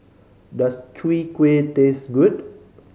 does Chwee Kueh taste good